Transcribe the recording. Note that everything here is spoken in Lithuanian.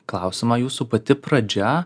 klausimą jūsų pati pradžia